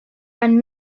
and